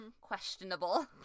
questionable